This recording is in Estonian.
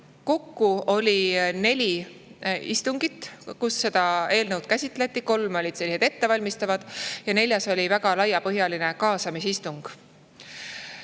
Kokku oli neli istungit, kus seda eelnõu käsitleti. Kolm olid sellised ettevalmistavad ja neljas oli väga laiapõhjaline kaasamisistung.